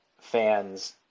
fans